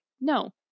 no